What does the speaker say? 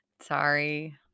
Sorry